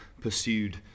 pursued